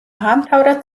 დაამთავრა